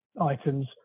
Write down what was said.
items